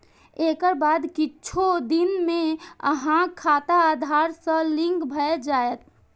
एकर बाद किछु दिन मे अहांक खाता आधार सं लिंक भए जायत